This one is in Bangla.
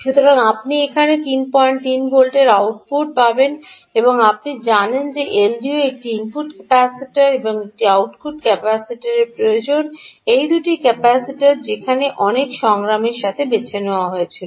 সুতরাং আপনি এখানে 33 ভোল্ট আউটপুট পাবেন এবং আপনি জানেন যে এলডিওতে একটি ইনপুট ক্যাপাসিটার এবং একটি আউটপুট ক্যাপাসিটরের প্রয়োজন এই দুটি ক্যাপাসিটার যেখানে অনেকর সাথে বেছে নেওয়া হয়েছিল